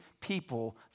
people